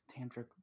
tantric